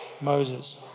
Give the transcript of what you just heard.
Moses